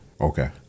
Okay